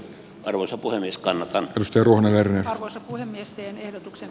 arvoisa puhemies kannatan pysty rune verhoissa kuin nesteen ehdotuksen